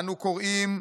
"אנו קוראים,